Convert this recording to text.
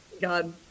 God